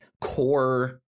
core